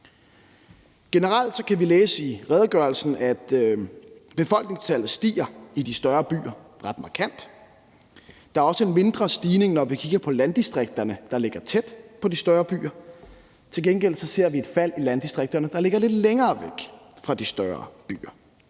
Generelt kan vi læse i redegørelsen, at befolkningstallet stiger ret markant i de større byer. Der er også en mindre stigning, når vi kigger på landdistrikterne, der ligger tæt på de større byer. Til gengæld ser vi et fald i landdistrikterne, der ligger lidt længere væk fra de større byer.